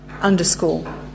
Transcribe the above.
underscore